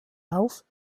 auf